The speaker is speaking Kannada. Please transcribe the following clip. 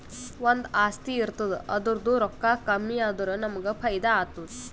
ಒಂದು ಆಸ್ತಿ ಇರ್ತುದ್ ಅದುರ್ದೂ ರೊಕ್ಕಾ ಕಮ್ಮಿ ಆದುರ ನಮ್ಮೂಗ್ ಫೈದಾ ಆತ್ತುದ